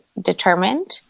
determined